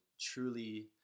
truly